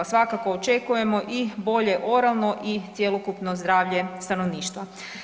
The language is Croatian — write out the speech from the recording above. Svakako očekujemo i bolje oralno i cjelokupno zdravlje stanovništva.